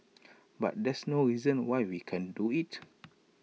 but there's no reason why we can't do IT